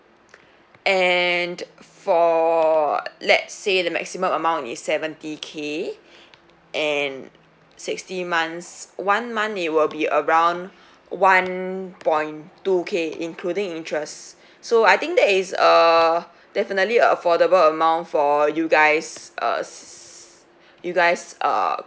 and for let's say the maximum amount is seventy K and sixty months one month it will be around one point two K including interest so I think that is err definitely affordable amount for you guys uh s~ you guys' uh